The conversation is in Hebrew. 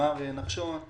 ממלא מקומה.